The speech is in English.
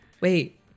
Wait